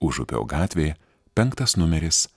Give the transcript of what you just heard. užupio gatvė penktas numeris